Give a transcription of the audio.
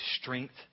strength